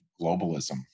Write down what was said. globalism